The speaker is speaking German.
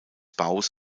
baus